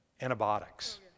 antibiotics